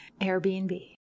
Airbnb